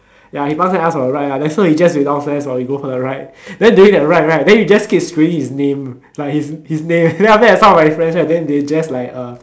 ya he pang seh us for the ride lah then so he just wait downstairs while we go for the ride right then during the ride right then we just keep screaming his name like his name then after that some of like his friends right they just like uh